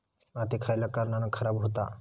माती खयल्या कारणान खराब हुता?